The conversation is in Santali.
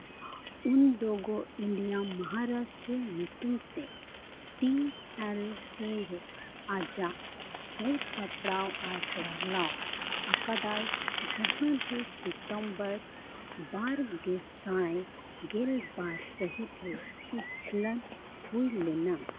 ᱩᱱᱤ ᱫᱚ ᱜᱳ ᱤᱱᱰᱤᱭᱟ ᱢᱚᱦᱟᱨᱟᱥᱴᱨᱚ ᱧᱩᱛᱩᱢ ᱛᱮ ᱴᱤ ᱮᱞ ᱥᱤ ᱨᱮ ᱟᱡᱟᱜ ᱥᱟᱹᱛ ᱥᱟᱯᱲᱟᱣ ᱟᱨ ᱪᱟᱪᱟᱞᱟᱣ ᱠᱟᱫᱟᱭ ᱡᱟᱦᱟᱸ ᱫᱩ ᱥᱤᱛᱚᱵᱚᱨ ᱵᱟᱨ ᱜᱮ ᱥᱟᱭ ᱜᱮᱞ ᱵᱟᱨ ᱥᱟᱹᱦᱤᱛ ᱨᱮ ᱩᱪᱷᱟᱹᱱ ᱦᱩᱭ ᱞᱮᱱᱟ